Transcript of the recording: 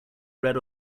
red